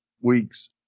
week's